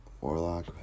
Warlock